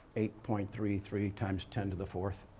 eight point three three times ten to the sixth